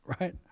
right